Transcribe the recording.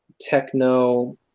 techno